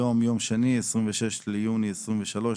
היום יום שני 26 ביוני 2023,